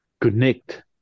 connect